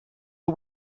are